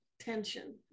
tension